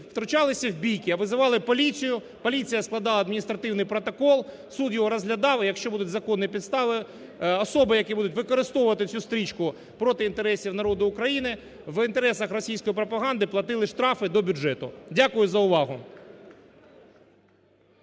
втручалися в бійки, а визивали поліцію, поліція складала адміністративний протокол, суд його розглядав. Якщо будуть законні підставі – особи, які будуть використовувати цю стрічку проти інтересів народу України в інтересах російської пропаганди, платили штрафи до бюджету. Дякую за увагу.